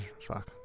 Fuck